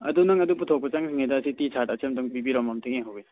ꯑꯗꯨ ꯅꯪ ꯑꯗꯨ ꯄꯨꯊꯣꯛꯄ ꯆꯪꯈ꯭ꯔꯤꯉꯩꯗ ꯑꯁꯤ ꯇꯤ ꯁꯥꯔꯠ ꯑꯁꯦ ꯑꯃꯨꯛꯇꯪ ꯄꯤꯕꯤꯔꯝꯃꯣ ꯑꯃꯨꯛꯇ ꯌꯦꯡꯍꯧꯒꯦ